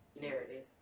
narrative